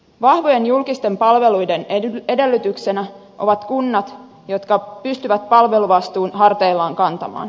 vahvojen julkisten palveluiden edellytyksenä ovat kunnat jotka pystyvät palveluvastuun harteillaan kantamaan